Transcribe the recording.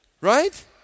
Right